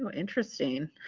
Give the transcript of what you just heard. um ah interesting